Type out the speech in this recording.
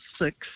six